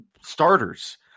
starters